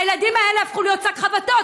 הילדים האלה הפכו להיות שק חבטות.